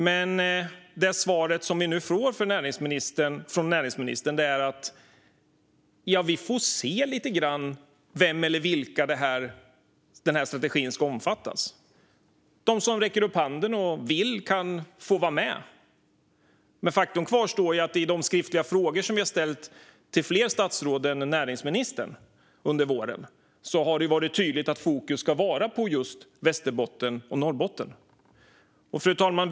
Men näringsministerns svar här är att man får se lite grann vem eller vilka denna strategi ska omfatta. De som räcker upp handen kan få vara med. Men i svaren på de skriftliga frågor vi ställt till fler statsråd än näringsministern under våren har det varit tydligt att fokus ska vara på just Västerbotten och Norrbotten. Fru talman!